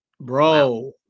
Bro